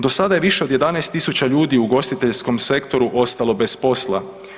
Do sada je više od 11.000 ljudi u ugostiteljskom sektoru ostalo bez posla.